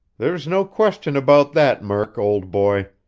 there's no question about that, murk, old boy.